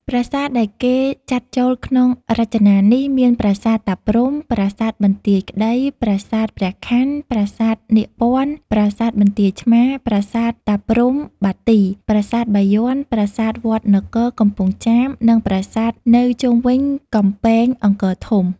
ប្រាសាទ ដែលគេចាត់ចូលក្នុងរចនានេះមានប្រាសាទតាព្រហ្ម ប្រាសាទបន្ទាយក្តី ប្រាសាទព្រះខន័ ប្រាសាទនាគពន្ធ័ ប្រាសាទបន្ទាយឆ្មារ ប្រាសាទតាព្រហ្ម(បាទី ) ប្រាសាទបាយ័ន ប្រាសាទវត្តនគរ (កំពង់ចាម ) និងប្រាសាទនៅជុំវិញកំពែង អង្គរធំ ។